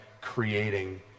creating